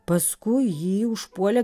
paskui jį užpuolė